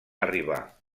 arribar